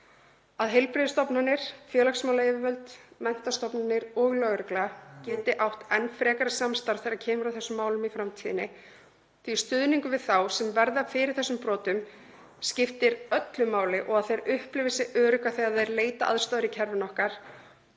að heilbrigðisstofnanir, félagsmálayfirvöld, menntastofnanir og lögregla geti átt enn frekara samstarf þegar kemur að þessum málum í framtíðinni, því að stuðningur við þá sem verða fyrir þessum brotum skiptir öllu máli, og að þeir upplifi sig örugga þegar þeir leita aðstoðar í kerfinu okkar,